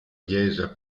chiesa